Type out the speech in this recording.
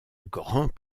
grand